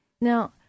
Now